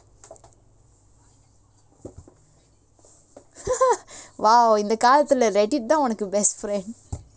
!wow! இந்த காலத்துல:intha kalathula reddit தான் உனக்கு:thaan unakku best friend